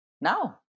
now